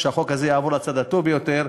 שהחוק הזה יעבור על הצד הטוב ביותר,